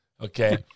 Okay